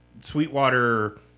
Sweetwater